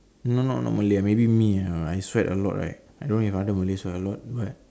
no not not malay ah maybe me ah I sweat a lot right I don't know if other malays sweat a lot but